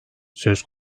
söz